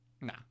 Nah